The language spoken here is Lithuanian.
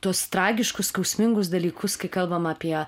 tuos tragiškus skausmingus dalykus kai kalbam apie